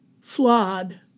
flawed